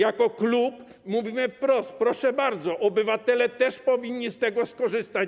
Jako klub mówimy wprost: proszę bardzo, obywatele też powinni z tego skorzystać.